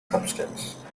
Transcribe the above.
substance